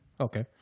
Okay